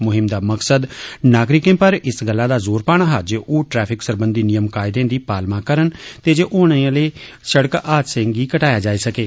मुहिम दा मकसद नागरिकें पर इस गल्ला दा जोर पाना हा जे ओह ट्रैफिक सरबंधी नियम कायदें दी पालमा करन तां जे होने आहले शड़क हादसें गी घटाया जाई सके